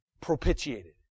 propitiated